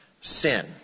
sin